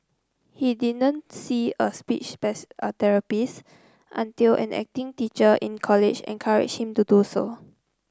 he didn't see a speech until an acting teacher in college encouraged him to do so